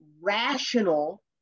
rational